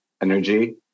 energy